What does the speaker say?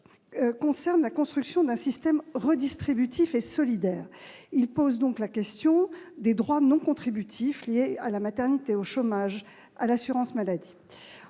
concerne la construction d'un système redistributif et solidaire. Il s'agit de poser la question des droits non contributifs liés à la maternité, au chômage, à l'assurance maladie,